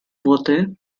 wurde